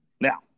Now